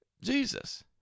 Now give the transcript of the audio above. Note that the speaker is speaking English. Jesus